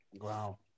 wow